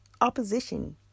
opposition